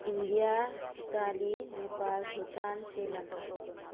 India Italy Nepal Bhutan Sri Lanka